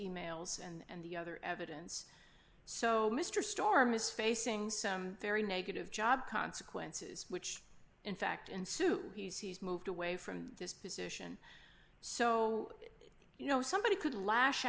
e mails and the other evidence so mr storm is facing some very negative job consequences which in fact ensued he's moved away from this position so you know somebody could lash